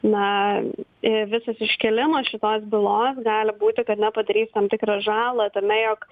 na ir visas iškėlimas šitos bylos gali būti kad ne padarys tam tikrą žalą tame jog